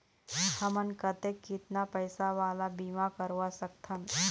हमन कतेक कितना पैसा वाला बीमा करवा सकथन?